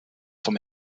vom